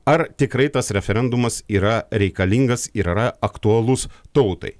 ar tikrai tas referendumas yra reikalingas ir yra aktualus tautai